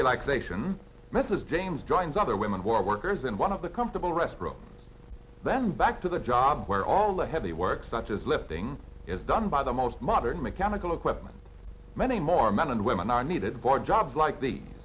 relaxation mrs james joins other women who are workers in one of the comfortable restroom then back to the job where all the heavy work such as lifting done by the most modern mechanical equipment many more men and women are needed for jobs like the